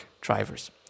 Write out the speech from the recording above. drivers